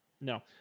No